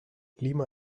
lima